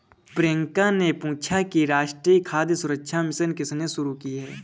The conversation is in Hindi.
प्रियंका ने पूछा कि राष्ट्रीय खाद्य सुरक्षा मिशन किसने शुरू की?